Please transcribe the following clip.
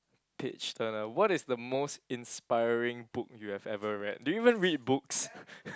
page turner what is the most inspiring book you have ever read do you even read books